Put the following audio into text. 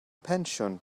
pensiwn